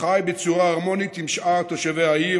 החי בצורה הרמונית עם שאר תושבי העיר,